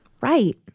Right